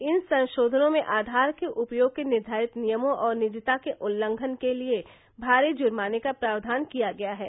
इन संशोधनों में आधार के उपयोगके निर्धारित नियमों और निजता के उल्लंघन के लिए भारी जुर्माने का प्राक्षान किया गयाहै